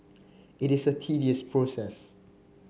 it is a tedious process